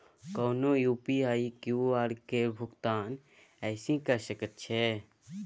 कोनो UPI QR केर भुगतान एहिसँ कए सकैत छी